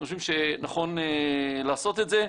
אנחנו חושבים שנכון לעשות את זה,